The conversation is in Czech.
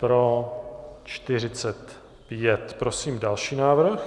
pro 45. Prosím další návrh.